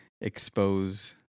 expose